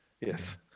Yes